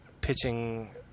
pitching